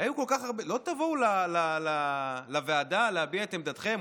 לא תבואו לוועדה להביע את עמדתכם,